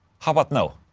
how about no?